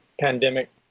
pandemic